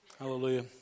hallelujah